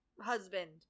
husband